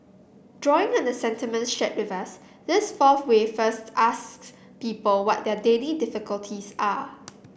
drawing on the sentiments shared with us this fourth way first asks people what their daily difficulties are